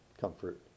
comfort